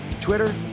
Twitter